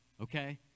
okay